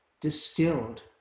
distilled